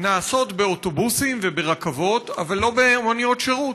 נעשות באוטובוסים וברכבות אבל לא במוניות שירות,